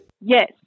Yes